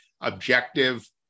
objective